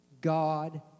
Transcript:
God